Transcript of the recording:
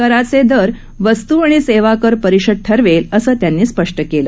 कराचे दर वस्तू आणि सेवा कर परिषद ठरवेल असं त्यांनी स्पष्ट केलं